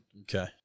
Okay